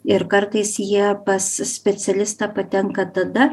ir kartais jie pas specialistą patenka tada